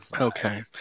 Okay